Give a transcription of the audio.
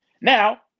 Now